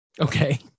Okay